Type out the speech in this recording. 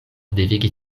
devigi